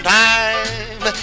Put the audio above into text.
time